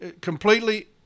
completely